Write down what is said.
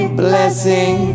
blessing